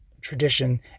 tradition